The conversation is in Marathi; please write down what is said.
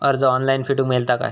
कर्ज ऑनलाइन फेडूक मेलता काय?